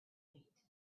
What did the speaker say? wait